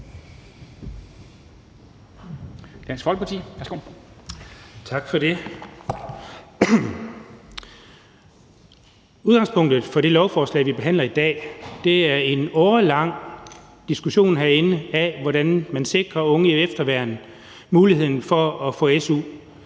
Udgangspunktet for det lovforslag, vi behandler i dag, er en årelang diskussion, vi har haft herinde, af, hvordan man sikrer unge i efterværn muligheden for at få su.